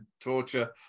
torture